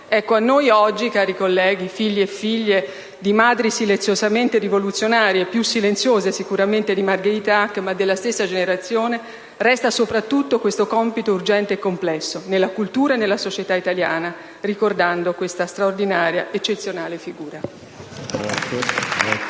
tema. A noi oggi, cari colleghi, figli e figlie di madri silenziosamente rivoluzionarie, sicuramente più silenziose di Margherita Hack, ma della stessa generazione, resta soprattutto questo compito urgente e complesso nella cultura e nella società italiana, ricordando questa straordinaria, eccezionale figura.